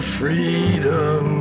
freedom